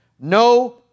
No